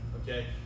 okay